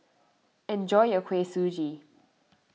enjoy your Kuih Suji